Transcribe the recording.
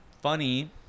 funny